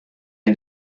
and